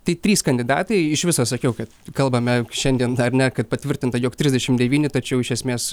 tai trys kandidatai iš viso sakiau kad kalbame šiandien ar ne kad patvirtinta jog trisdešimt devyni tačiau iš esmės